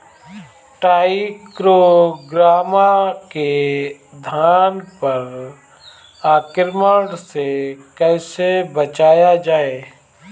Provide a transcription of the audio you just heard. टाइक्रोग्रामा के धान पर आक्रमण से कैसे बचाया जाए?